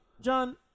John